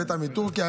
הבאת מטורקיה,